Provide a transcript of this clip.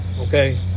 Okay